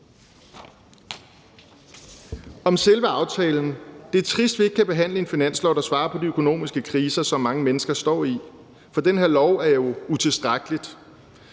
jeg sige, at det er trist, at vi ikke kan behandle et finanslovsforslag, der håndterer de økonomiske kriser, som mange mennesker står i, for det her lovforslag er jo utilstrækkeligt.